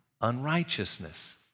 unrighteousness